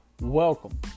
welcome